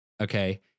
Okay